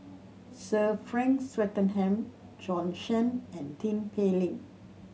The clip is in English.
Sir Frank Swettenham Bjorn Shen and Tin Pei Ling